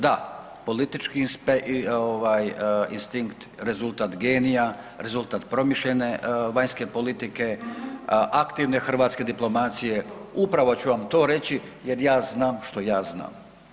Da, politički instinkt rezultat genija, rezultat promišljanje vanjske politike, aktivne hrvatske diplomacije, upravo ću vam to reći jer ja znam što ja znam.